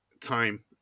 Time